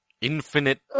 Infinite